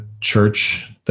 church—